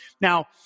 Now